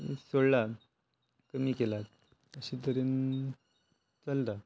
सोडला कमी केला अशे तरेन चलता